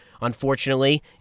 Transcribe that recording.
unfortunately